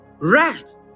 rest